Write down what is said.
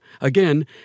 Again